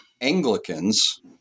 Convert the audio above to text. Anglicans